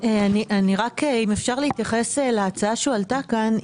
רק אם אפשר להתייחס להצעה שהועלתה כאן.